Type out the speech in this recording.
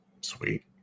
sweet